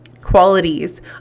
qualities